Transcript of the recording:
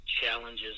challenges